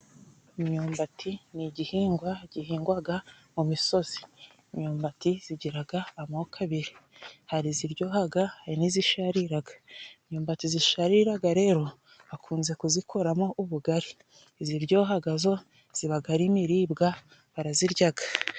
Imyumbati ni igihingwa gihingwaga mu misozi. Imyumbati zigiraga amoko abiri; hari iziryohaga, hari n'izishariraga. Imyumbati zishariraga rero akunze kuzikoramo ubugari, iziryohaga zo zibaga ari imiribwa baraziryaga.